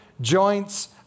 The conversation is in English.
joints